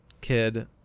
kid